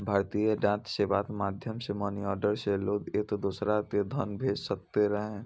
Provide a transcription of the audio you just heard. भारतीय डाक सेवाक माध्यम सं मनीऑर्डर सं लोग एक दोसरा कें धन भेज सकैत रहै